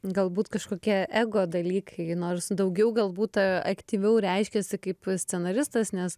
galbūt kažkokie ego dalykai nors daugiau galbūt aktyviau reiškiesi kaip scenaristas nes